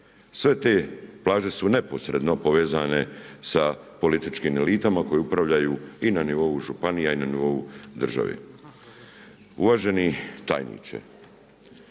Sve te plaže su neposredno povezane sa političkim elitama koje upravljaju i na nivou županija i na nivou države. Uvaženi tajniče,